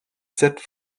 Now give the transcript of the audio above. cette